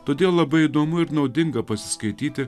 todėl labai įdomu ir naudinga pasiskaityti